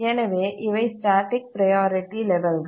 எனவே இவை static priority லெவல்கள்